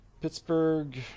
Pittsburgh